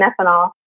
ethanol